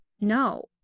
no